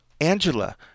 Angela